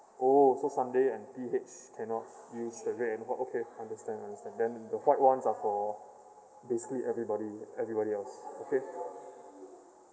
oh so sunday and P_H cannot use the red and white okay understand understand then the white [one] are for basically everybody everybody else okay